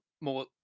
more